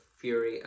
fury